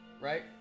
right